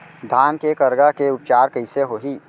धान के करगा के उपचार कइसे होही?